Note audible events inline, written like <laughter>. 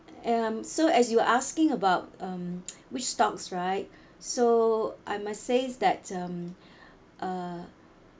um so as you were asking about um <noise> which stocks right so I must say that um uh